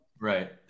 Right